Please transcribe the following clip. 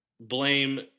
blame